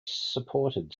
supported